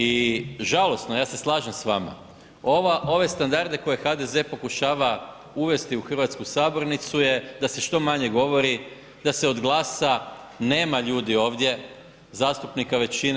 I žalosno je, ja se slažem s vama, ove standarde koje HDZ pokušava uvesti u hrvatsku sabornicu je da se što manje govori, da se od glasa nema ovdje ljudi ovdje zastupnika većine.